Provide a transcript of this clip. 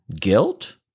guilt